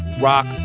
rock